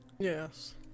Yes